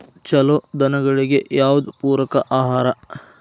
ಛಲೋ ದನಗಳಿಗೆ ಯಾವ್ದು ಪೂರಕ ಆಹಾರ?